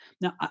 Now